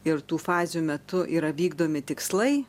ir tų fazių metu yra vykdomi tikslai